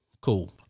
Cool